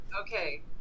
Okay